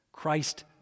Christ